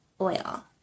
oil